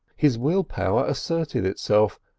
his willpower asserted itself,